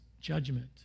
judgment